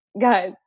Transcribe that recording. guys